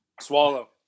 Swallow